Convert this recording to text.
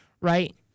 right